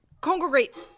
congregate